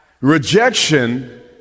Rejection